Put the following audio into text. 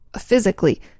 physically